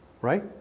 Right